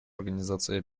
организации